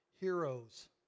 heroes